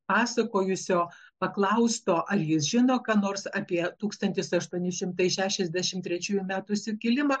pasakojusio paklausto ar jis žino ką nors apie tūkstantis aštuoni šimtai šešiasdešimt trečiųjų metų sukilimą